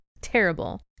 Terrible